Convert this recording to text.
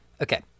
okay